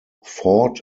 fought